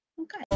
Okay